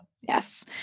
Yes